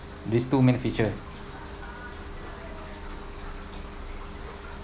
these two main features